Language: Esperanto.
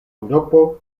eŭropo